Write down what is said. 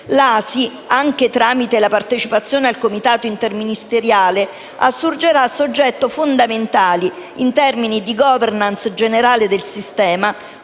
L'ASI, anche tramite la partecipazione al Comitato interministeriale, assurgerà a soggetto fondamentale in termini di *governance* generale del sistema,